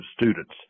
students